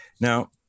Now